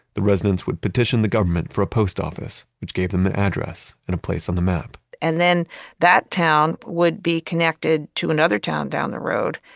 the residents would petition the government for a post office, which gave them the address and a place on the map and then that town would be connected to another town down the road.